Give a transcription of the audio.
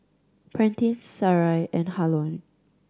Prentice Sarai and